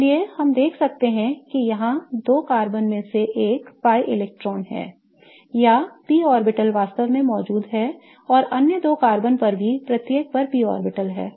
इसलिए हम देख सकते हैं कि यहां दो कार्बन में एक pi इलेक्ट्रॉन है या p ऑर्बिटल वास्तव में मौजूद है और अन्य दो कार्बन में भी प्रत्येक पर एक p ऑर्बिटल है